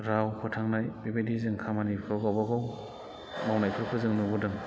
राव फोथांनाय बेबायदि जों खामानिखौ गावबागाव मावनायफोरखौ जों नुबोदों